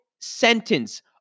sentence